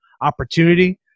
opportunity